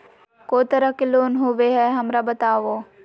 को तरह के लोन होवे हय, हमरा बताबो?